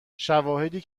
شواهدی